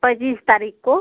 पच्चीस तारीख को